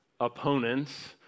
opponents